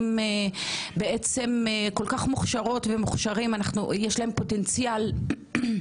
כ-86 אחוז